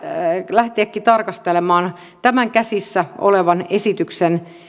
lähteäkin tarkastelemaan tämän käsissä olevan esityksen